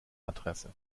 adresse